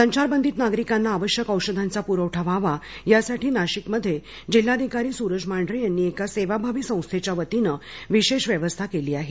संचारबंदीत नागरिकांना आवश्यक ओषधांचा पुरवठा व्हावा यासाठी नाशिक मध्ये जिल्हाधिकारी सूरज मांढरे यांनी एका सेवाभावी संस्थेच्या वतीनं विशेष व्यवस्था केली आहे